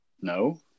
No